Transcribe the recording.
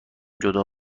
جدا